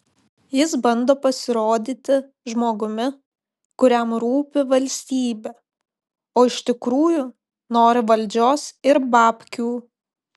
jis bando pasirodyti žmogumi kuriam rūpi valstybė o iš tikrųjų nori valdžios ir babkių